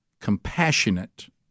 compassionate